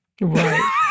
Right